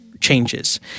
changes